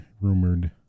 rumored